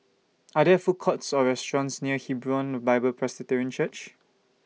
Are There Food Courts Or restaurants near Hebron Bible Presbyterian Church